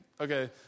Okay